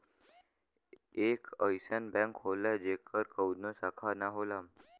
एक अइसन बैंक होला जेकर कउनो शाखा ना होला